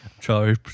sorry